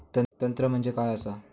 तंत्र म्हणजे काय असा?